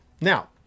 Now